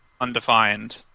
undefined